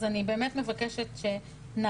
אז אני באמת מבקשת שנעשה.